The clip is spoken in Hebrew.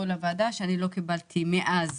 קיבלתי מאז